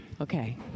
Okay